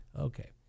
okay